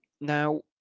now